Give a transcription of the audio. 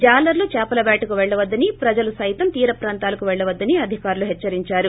జాలర్లు చేపల వేటకు వెళ్లవద్దని ప్రజలు సహితం తీర ప్రాంతాలకు వెళ్లవద్దని అధికారులు హెచ్చరించారు